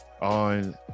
on